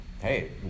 hey